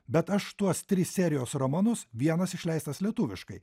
bet aš tuos tris serijos romanus vienas išleistas lietuviškai